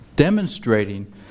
Demonstrating